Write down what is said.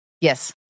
Yes